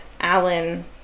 alan